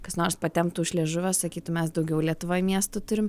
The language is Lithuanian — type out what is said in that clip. kas nors patemptų už liežuvio sakytų mes daugiau lietuvoj miestų turim